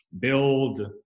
build